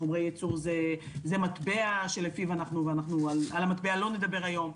זה מטבע ועליו לא נדבר היום,